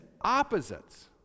opposites